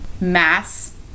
mass